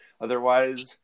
otherwise